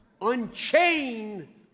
Unchain